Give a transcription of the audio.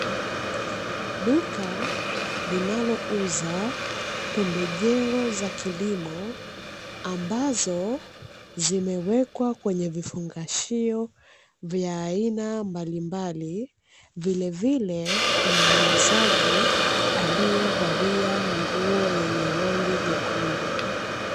Duka linalouza pembejeo za kilimo ambazo zimewekwa kwenye vifungashio vya aina mbalimbali, vilevile kuna muuzaji aliyevalia nguo yenye rangi nyekundu.